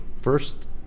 first